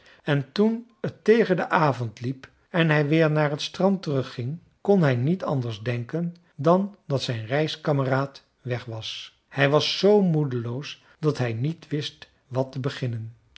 en toen het tegen den avond liep en hij weer naar het strand terug ging kon hij niet anders denken dan dat zijn reiskameraad weg was hij was zoo moedeloos dat hij niet wist wat te beginnen